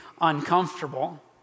uncomfortable